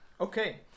okay